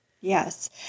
Yes